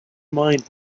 mind